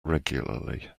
regularly